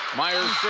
meyer